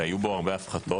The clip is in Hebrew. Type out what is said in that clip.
שהיו בו הרבה הפחתות,